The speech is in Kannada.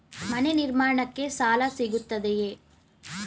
ಮನೆ ನಿರ್ಮಾಣಕ್ಕೆ ಸಾಲ ಸಿಗುತ್ತದೆಯೇ?